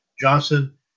Johnson